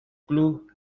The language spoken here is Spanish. club